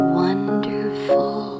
wonderful